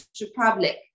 Republic